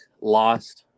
lost